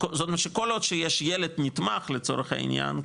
זאת אומרת שכל עוד שיש ילד נתמך לצורך העניין,